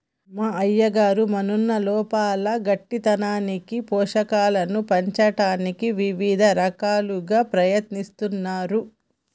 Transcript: మా అయ్యగారు మన్నులోపల గట్టితనాన్ని పోషకాలను పంచటానికి ఇవిద రకాలుగా ప్రయత్నిస్తున్నారు